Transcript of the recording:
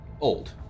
old